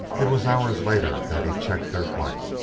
it was hours later that he checked their flight.